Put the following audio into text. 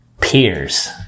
peers